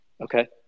Okay